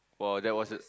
while that was it